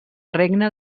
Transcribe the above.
regne